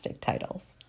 titles